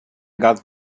got